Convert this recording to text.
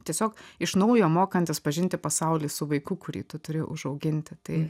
tiesiog iš naujo mokantis pažinti pasaulį su vaiku kurį tu turi užauginti tai